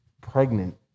pregnant